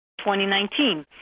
2019